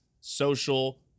Social